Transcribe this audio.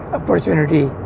opportunity